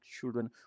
children